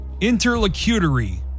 Interlocutory